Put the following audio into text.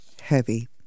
heavy